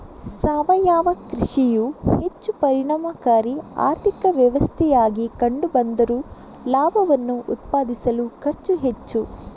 ಸಾವಯವ ಕೃಷಿಯು ಹೆಚ್ಚು ಪರಿಣಾಮಕಾರಿ ಆರ್ಥಿಕ ವ್ಯವಸ್ಥೆಯಾಗಿ ಕಂಡು ಬಂದರೂ ಲಾಭವನ್ನು ಉತ್ಪಾದಿಸಲು ಖರ್ಚು ಹೆಚ್ಚು